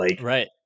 Right